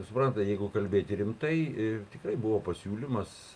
suprantat jeigu kalbėti rimtai tikrai buvo pasiūlymas